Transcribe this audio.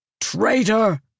Traitor